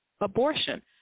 abortion